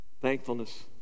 Thankfulness